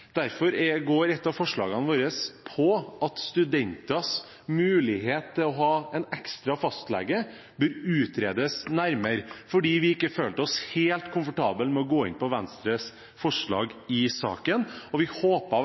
Derfor foreslår vi bl.a., som statsråden svarer til Stortinget på et av forslagene, at det kommer en melding om primærhelse våren 2015. Et av forslagene våre går på at studenters mulighet til å ha en ekstra fastlege bør utredes nærmere, for vi følte oss ikke helt komfortable